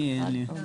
כן.